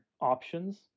options